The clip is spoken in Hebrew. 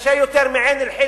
קשה יותר מבעין-אל-חילווה,